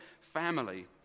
family